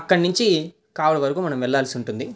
అక్కడి నుంచి కావలి వరకు మనం వెళ్ళాల్సి ఉంటుంది